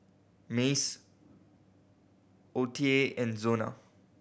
Mace O T A and Zona